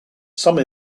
some